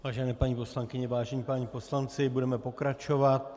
Vážené paní poslankyně, vážení páni poslanci, budeme pokračovat.